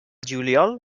juliol